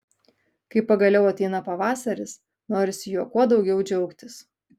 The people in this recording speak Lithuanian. kai pagaliau ateina pavasaris norisi juo kuo daugiau džiaugtis